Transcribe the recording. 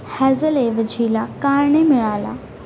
हॅझलऐवजी ला कार्ने मिळाला